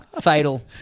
fatal